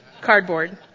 Cardboard